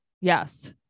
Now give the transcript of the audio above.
Yes